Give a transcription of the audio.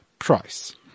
Price